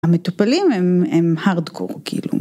המטופלים הם הם הארדקור כאילו.